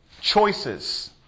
Choices